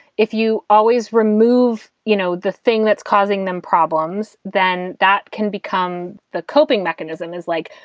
if you always remove you know the thing that's causing them problems, then that can become the coping mechanism is like,